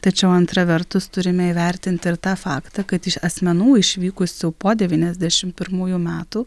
tačiau antra vertus turime įvertinti ir tą faktą kad iš asmenų išvykusių po devyniasdešimt pirmųjų metų